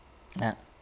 ah